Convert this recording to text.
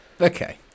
Okay